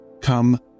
Come